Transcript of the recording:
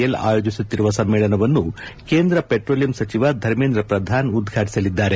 L ಆಯೋಜಿಸುತ್ತಿರುವ ಸಮ್ಮೇಳನವನ್ನು ಕೇಂದ್ರ ಪೆಟ್ರೋಲಿಯಂ ಸಚಿವ ಧರ್ಮೇಂದ್ರ ಪ್ರಧಾನ್ ಉದ್ವಾಟಿಸಲಿದ್ದಾರೆ